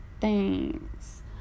Thanks